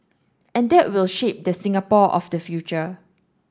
and that will shape the Singapore of the future